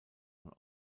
von